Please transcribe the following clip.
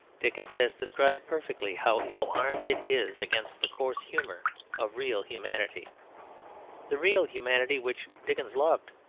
dickens has described perfectly how ill-armed it is against the coarse humour of real humanity the real humanity which dickens loved,